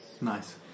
Nice